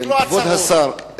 כבוד השר,